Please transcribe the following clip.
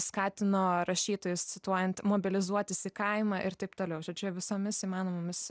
skatino rašytojus cituojant mobilizuotis į kaimą ir taip toliau žodžiu visomis įmanomomis